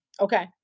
Okay